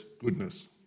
goodness